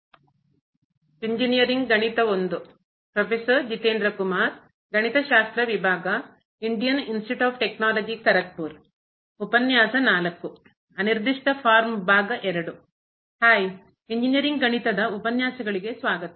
high engineering ಗಣಿತದ ಉಪನ್ಯಾಸಗಳಿಗೆ ಸ್ವಾಗತ